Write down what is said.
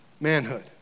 manhood